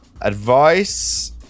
advice